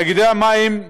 תאגידי המים,